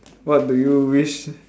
what do you wish